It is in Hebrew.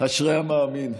אשרי המאמין.